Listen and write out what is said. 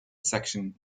section